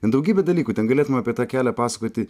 ten daugybę dalykų ten galėtume apie tą kelią pasakoti